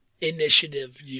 initiative